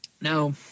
Now